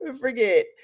forget